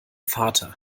vater